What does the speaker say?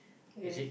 yes